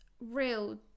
real